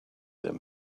them